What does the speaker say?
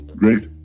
great